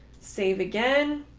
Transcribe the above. save again.